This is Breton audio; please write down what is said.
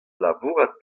labourat